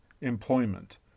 employment